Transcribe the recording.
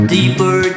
Deeper